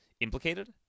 implicated